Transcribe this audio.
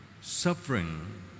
suffering